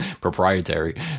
proprietary